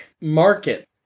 market